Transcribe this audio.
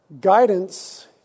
guidance